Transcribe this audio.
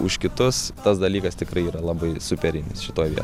už kitus tas dalykas tikrai yra labai superinis šitoj vietoj